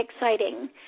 exciting